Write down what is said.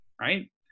right